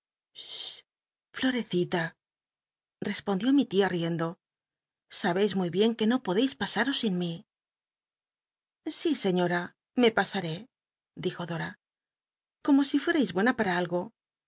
florecita respondió mi tia riendo sahcis muy bien que no podeis pasaros sin mí si señora me pasaré dijo da como si fuerais bucnu para algo